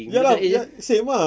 ya lah same ah